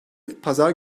pazar